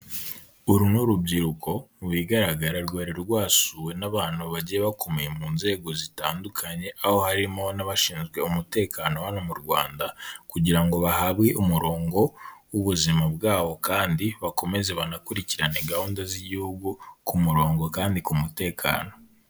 Uru ni urubyiruko mu bigaragara rwari rwasuwe n'abantu bagiye bakomeye mu nzego zitandukanye, aho harimo n'abashinzwe umutekano wa hano mu Rwanda kugira ngo bahabwe umurongo w'ubuzima bwabo kandi bakomeze banakurikirane gahunda z'igihugu ku murongo kandi ku mutekano.